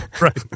Right